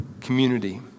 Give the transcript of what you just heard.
community